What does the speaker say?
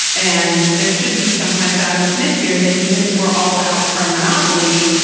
and there should be some kind of adam smith here that even if we're all out from monopoly,